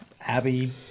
Abby